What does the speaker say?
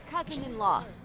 Cousin-in-law